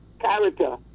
character